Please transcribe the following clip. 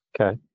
Okay